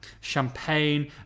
champagne